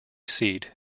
seat